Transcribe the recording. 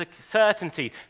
certainty